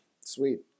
Sweet